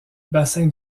bassin